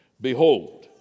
Behold